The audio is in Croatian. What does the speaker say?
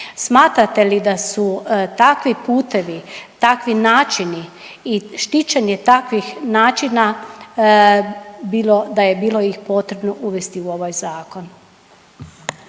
Smatrate li da su takvi putevi, takvi načini i štićenje takvih načina bilo, da je bilo ih potrebno uvesti u ovaj Zakon?